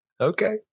Okay